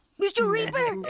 mr. reaper!